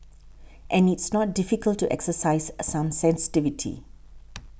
and it's not difficult to exercise a some sensitivity